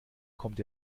kommt